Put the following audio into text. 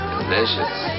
Delicious